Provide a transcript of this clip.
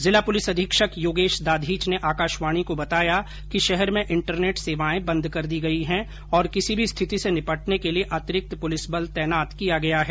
जिला पुलिस अधीक्षक योगेश दाधीच ने आकाशवाणी को बताया कि शहर में इंटरनेट सेवाएं बंद कर दी गई हैं और किसी भी स्थिति से निपटने के लिए अतिरिक्त पुलिस बल तैनात किया गया है